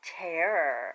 terror